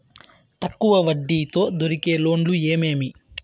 తక్కువ వడ్డీ తో దొరికే లోన్లు ఏమేమి